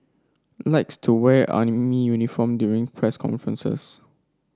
likes to wear army uniform during press conferences